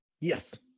Yes